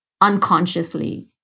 unconsciously